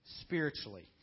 spiritually